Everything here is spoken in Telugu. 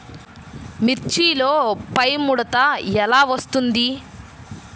మిర్చిలో పైముడత ఎలా వస్తుంది?